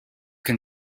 can